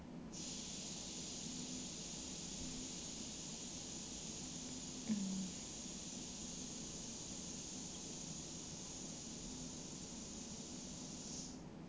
mm